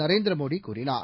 நரேந்திரமோடிகூறினர்